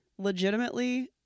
legitimately